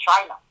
China